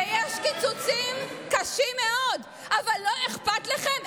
ויש קיצוצים קשים מאוד, אבל לא אכפת לכם.